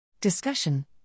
Discussion